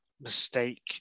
mistake